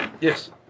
Yes